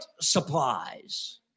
supplies